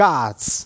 Gods